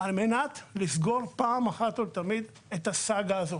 זה מה שיוביל לסגירת הסאגה הזאת,